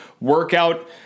workout